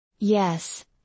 Yes